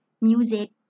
music